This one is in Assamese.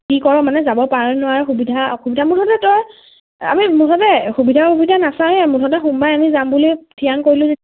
কি কৰ মানে যাব পাৰে নোৱাৰ সুবিধা অসুবিধা মুঠতে তই আমি মুঠতে সুবিধা অসুবিধা নাচাওৱে মুঠঁতে সোমবাৰে আমি যাম বুলি ঠিৰাং কৰিলো